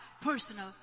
personal